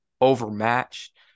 overmatched